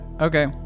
Okay